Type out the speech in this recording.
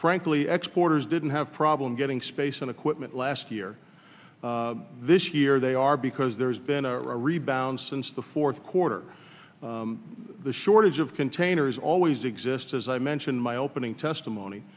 frankly exporters didn't have problem getting space and equipment last year this year they are because there's been a rebound since the fourth quarter the shortage of containers always exist as i mentioned my opening testimony